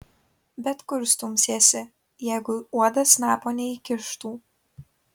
bet kur stumsiesi jeigu uodas snapo neįkištų